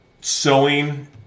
sewing